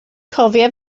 cofia